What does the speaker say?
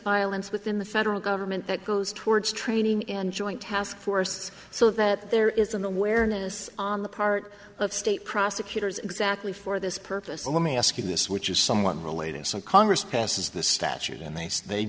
violence within the federal government that goes towards training and joint task force so that there is an awareness on the part of state prosecutors exactly for this purpose and let me ask you this which is somewhat related so congress passes the statute and they